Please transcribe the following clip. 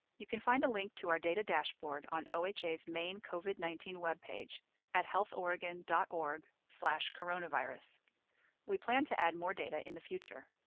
you can find a link to our data dashboard on oha's main covid nineteen web page at healthoregon dot org slash coronavirus we plan to add more data in the future.